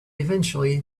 eventually